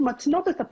מותקנת,